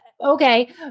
Okay